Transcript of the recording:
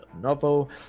novel